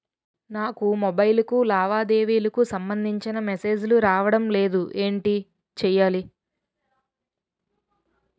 నాకు మొబైల్ కు లావాదేవీలకు సంబందించిన మేసేజిలు రావడం లేదు ఏంటి చేయాలి?